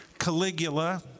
Caligula